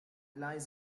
lies